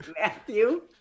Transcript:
Matthew